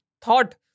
thought